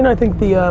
and think the.